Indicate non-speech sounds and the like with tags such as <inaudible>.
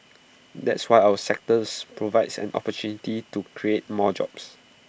<noise> that's why our sectors provides an opportunity to create more jobs